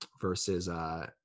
Versus